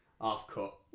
Half-cut